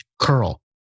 Curl